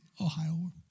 Ohio